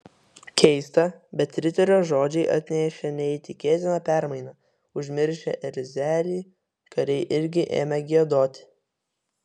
keista bet riterio žodžiai atnešė neįtikėtiną permainą užmiršę erzelį kariai irgi ėmė giedoti